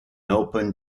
open